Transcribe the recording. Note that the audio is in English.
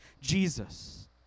Jesus